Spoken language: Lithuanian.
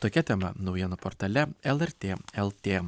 tokia tema naujienų portale lrt lt